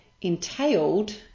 entailed